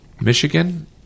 Michigan